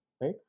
right